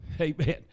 Amen